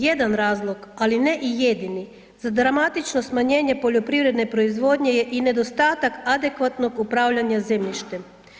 Jedan razlog, ali ne i jedini za dramatično smanjenje poljoprivredne proizvodnje je i nedostatak adekvatnog upravljanja zemljištem.